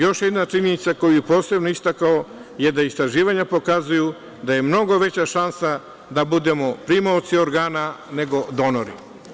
Još jedna činjenica koju bih posebno istakao je da istraživanja pokazuju da je mnogo veća šansa da budemo primaoci organa nego donori.